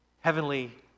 heavenly